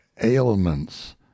ailments